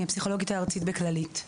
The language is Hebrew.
אני הפסיכולוגית הארצית בכללית.